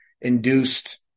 induced